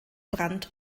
brand